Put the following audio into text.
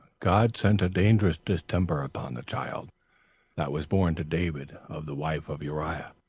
god sent a dangerous distemper upon the child that was born to david of the wife of uriah,